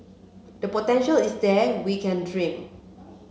the potential is there we can dream